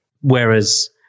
Whereas